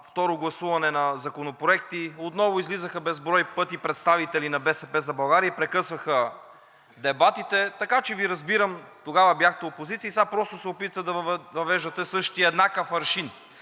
второ гласуване на законопроекти отново излизаха безброй пъти представители на „БСП за България“ и прекъсваха дебатите. Така че Ви разбирам – тогава бяхте опозиция и сега просто се опитвате да въвеждате същия еднакъв аршин.